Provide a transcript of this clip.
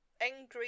angry